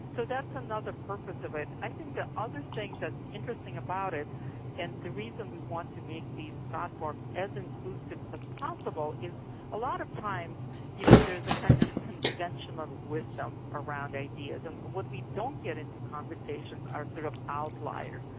so that's another purpose of it. i think the other thing that's interesting about it and the reason we want to make these platforms as inclusive as possible, is a lot of times you know there is a kind of conventional wisdom around ideas, and what we don't get into conversations are sort of outliers,